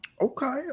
Okay